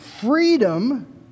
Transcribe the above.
freedom